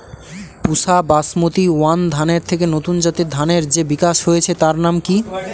পুসা Basmati one ধানের থেকে নতুন জাতের ধানের যে বিকাশ হয়েছে তার নাম কি?